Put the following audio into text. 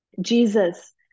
Jesus